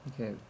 Okay